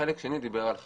וחלק שני דיבר על חלופות.